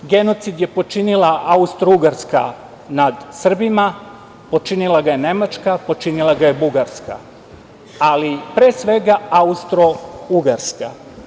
Genocid je počinila Austro-ugarska nad Srbima, počinila ga je Nemačka, počinila ga je Bugarska, ali pre svega Austro-ugarska.